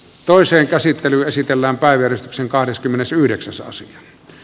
toisen käsittely esitellään päivystyksen kahdeskymmenesyhdeksäs osa